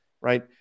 Right